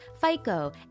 fico